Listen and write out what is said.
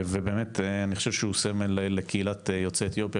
ובאמת אני חושב שהוא סמל לקהילת יוצאי אתיופיה